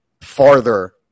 farther